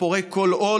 הפורק כל עול